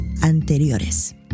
anteriores